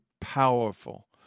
powerful